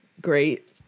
great